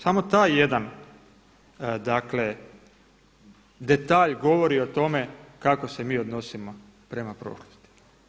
Samo taj jedan detalj govori o tome kako se mi odnosimo prema prošlosti.